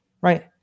right